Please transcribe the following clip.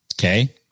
Okay